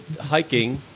hiking